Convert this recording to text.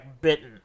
bitten